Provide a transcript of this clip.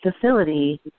facility